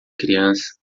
criança